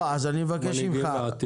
אני מבקש ממך,